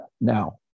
Now